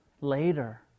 later